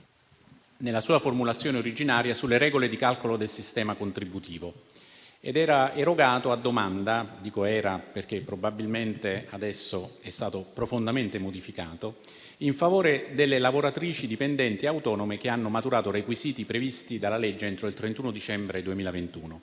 nella sua formulazione originaria, sulle regole di calcolo del sistema contributivo, ed era erogato a domanda - dico era perché probabilmente adesso è stato profondamente modificato - in favore delle lavoratrici dipendenti autonome che hanno maturato requisiti previsti dalla legge entro il 31 dicembre 2021.